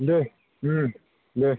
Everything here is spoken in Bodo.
दे दे